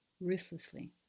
ruthlessly